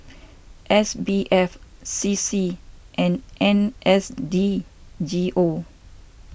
S B F C C and N S D G O